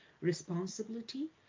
responsibility